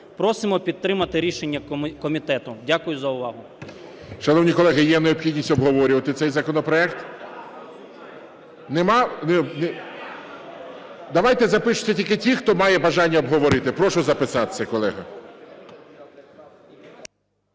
Просимо підтримати рішення комітету. Дякую за увагу.